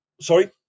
sorry